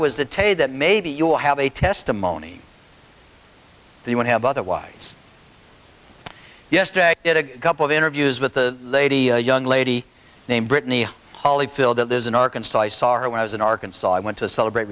tape that maybe you'll have a testimony they would have otherwise yesterday in a couple of interviews with the lady a young lady named brittany holyfield that lives in arkansas i saw her when i was in arkansas i went to celebrate